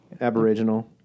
Aboriginal